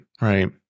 right